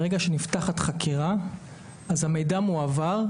ברגע שנפתחת חקירה אז המידע מועבר,